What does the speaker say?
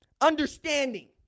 understanding